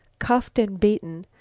cuffed and beaten,